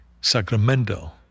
Sacramento